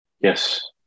Yes